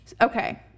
Okay